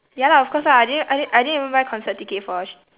ya lah of course lah I didn't I didn't I didn't even buy concert ticket for